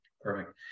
Perfect